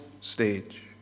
stage